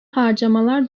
harcamalar